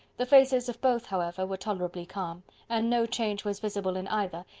the faces of both, however, were tolerably calm and no change was visible in either,